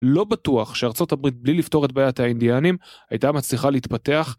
לא בטוח שארה״ב בלי לפתור את בעיית האינדיאנים הייתה מצליחה להתפתח.